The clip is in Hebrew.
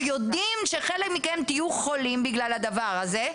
יודעים שחלק מכם יהיו חולים בגלל הדבר הזה,